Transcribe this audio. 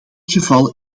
geval